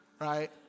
right